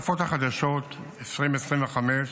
לשנת 2025,